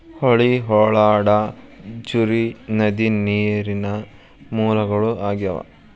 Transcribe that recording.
ಹೊಳಿ, ಹೊಳಡಾ, ಝರಿ, ನದಿ ನೇರಿನ ಮೂಲಗಳು ಆಗ್ಯಾವ